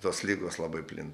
tos ligos labai plinta